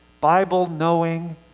Bible-knowing